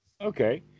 Okay